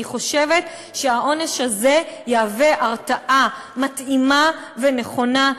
אני חושבת שהעונש הזה יהווה הרתעה מתאימה ונכונה,